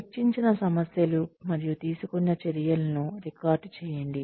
చర్చించిన సమస్యలు మరియు తీసుకున్న చర్యలను రికార్డ్ చేయండి